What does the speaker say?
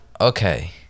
Okay